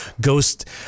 ghost